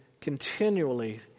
continually